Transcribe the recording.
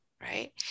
right